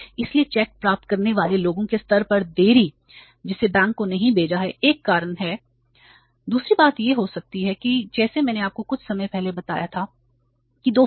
इसलिए चेक प्राप्त करने वाले लोगों के स्तर पर देरी जिससे बैंक को नहीं भेजा है एक कारण है दूसरी बात यह हो सकती है कि जैसे मैंने आपको कुछ समय पहले बताया था कि 2 फर्म